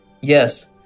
yes